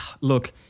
look